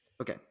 Okay